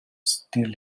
still